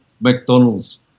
McDonald's